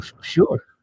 sure